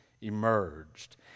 emerged